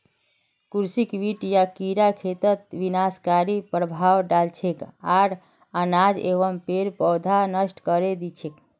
कृषि कीट या कीड़ा खेतत विनाशकारी प्रभाव डाल छेक आर अनाज एवं पेड़ पौधाक नष्ट करे दी छेक